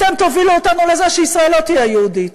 אתם תובילו אותנו לזה שישראל לא תהיה יהודית.